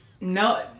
No